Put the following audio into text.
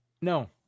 No